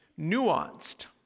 nuanced